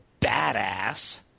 badass